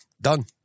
done